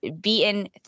Beaten